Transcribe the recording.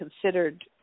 considered